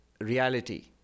reality